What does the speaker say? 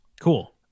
Cool